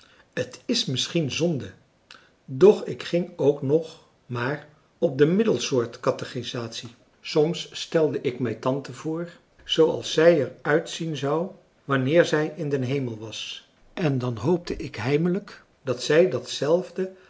ik ging ook nog maar op de middelsoort catechisatie soms stelde ik mij tante voor zooals zij er uitzien zou wanneer zij in den hemel was en dan hoopte ik heimelijk dat zij